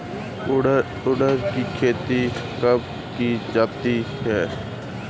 उड़द की खेती कब की जाती है?